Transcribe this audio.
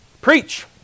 preach